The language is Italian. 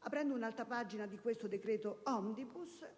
Aprendo un'altra pagina di questo decreto *omnibus*,